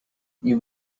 you